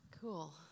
Cool